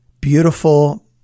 beautiful